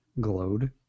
glowed